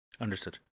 Understood